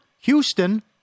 Houston –